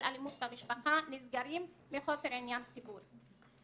אלימות במשפחה נסגרים מחוסר עניין לציבור.